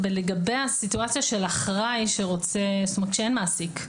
לגבי הסיטואציה של אחראי כשאין מעסיק,